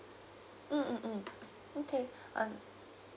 mm mm mm okay uh